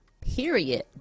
period